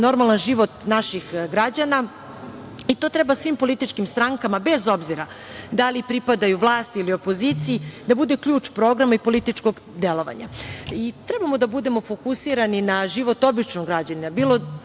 normalan život naših građana i to treba svim političkim strankama, bez obzira da li pripadaju vlasti ili opoziciji, da bude ključ programa i političkog delovanja. Treba da budemo fokusirani na život običnog građanina,